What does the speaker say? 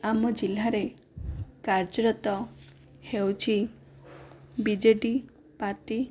ଆମ ଜିଲ୍ଲାରେ କାର୍ଯ୍ୟରତ ହେଉଛି ବିଜେଡ଼ି ପାର୍ଟି